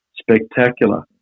spectacular